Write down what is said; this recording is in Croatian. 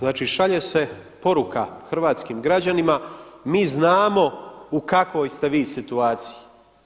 Znači, šalje se poruka hrvatskim građanima: Mi znamo u kakvoj ste vi situaciji.